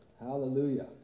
Hallelujah